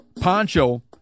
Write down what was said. Poncho